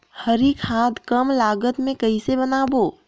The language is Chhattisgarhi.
हरी खाद कम लागत मे कइसे बनाबो?